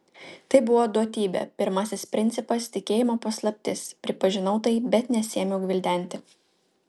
tai buvo duotybė pirmasis principas tikėjimo paslaptis pripažinau tai bet nesiėmiau gvildenti